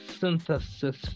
synthesis